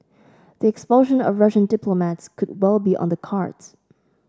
the expulsion of Russian diplomats could well be on the cards